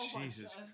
Jesus